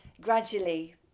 gradually